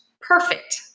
perfect